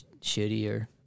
shittier